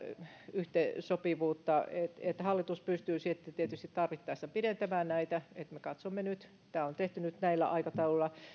yhteensopivuutta hallitus pystyy sitten tietysti tarvittaessa pidentämään näitä me katsomme näitä mutta tämä on tehty nyt näillä aikatauluilla